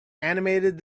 animated